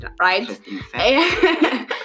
right